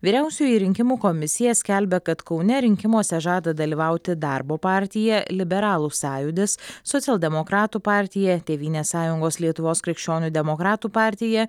vyriausioji rinkimų komisija skelbia kad kaune rinkimuose žada dalyvauti darbo partija liberalų sąjūdis socialdemokratų partija tėvynės sąjungos lietuvos krikščionių demokratų partija